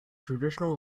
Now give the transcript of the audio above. traditional